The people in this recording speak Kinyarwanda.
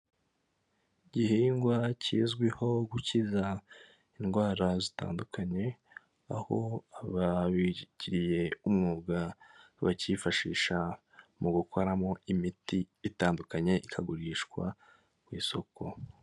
Igihingwa kizwiho gukiza indwara zitandukanye, aho ababigiye umwuga bakifashisha mu gukoramo imiti itandukanye ikagurishwa ku isoko.